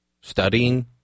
studying